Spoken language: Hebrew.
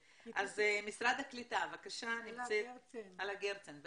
בבקשה, אלה גרצן.